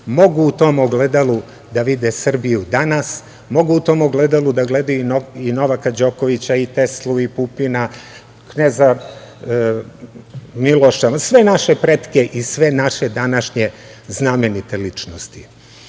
mogu u tom ogledalu da vide Srbiju danas, mogu u tom ogledalu da gledaju i Novaka Đokovića i Teslu i Pupina, Kneza Miloša, sve naše pretke i sve naše današnje znamenite ličnosti. Jedna